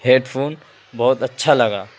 head phone بہت اچھا لگا